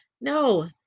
No